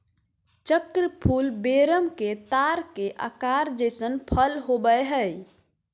चक्र फूल वेरम के तार के आकार जइसन फल होबैय हइ